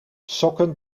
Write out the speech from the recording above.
sokken